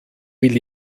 will